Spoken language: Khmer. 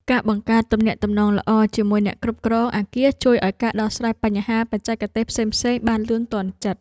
ការបង្កើតទំនាក់ទំនងល្អជាមួយអ្នកគ្រប់គ្រងអគារជួយឱ្យការដោះស្រាយបញ្ហាបច្ចេកទេសផ្សេងៗបានលឿនទាន់ចិត្ត។